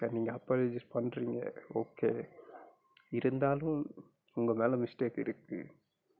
sir நீங்க apologise பண்றீங்க okay இருந்தாலும் உங்க மேல மிஸ்டேக் இருக்கு